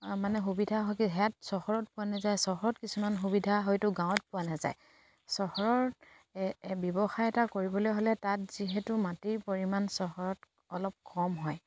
মানে সুবিধা হয় কি হেয়াত চহৰত পোৱা নাযায় চহৰত কিছুমান সুবিধা হয়তো গাঁৱত পোৱা নাযায় চহৰত ব্যৱসায় এটা কৰিবলৈ হ'লে তাত যিহেতু মাটিৰ পৰিমাণ চহৰত অলপ কম হয়